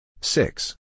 six